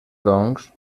doncs